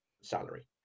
salary